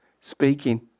speaking